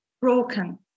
broken